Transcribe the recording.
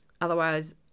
otherwise